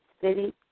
city